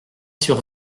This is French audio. sur